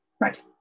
right